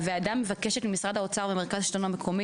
הוועדה מבקשת ממשרד האוצר ומרכז השלטון המקומי